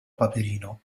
paperino